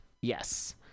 yes